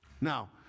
Now